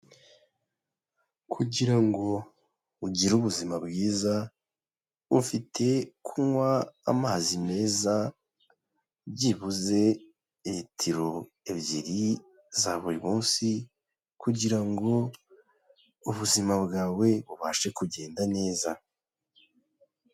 Kugira ngo ugire ubuzima bwiza, ufite kunywa amazi meza byibuze litiro ebyiri za buri munsi, kugira ngo ubuzima bwawe bubashe kugenda neza.